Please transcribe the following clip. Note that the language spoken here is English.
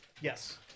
Yes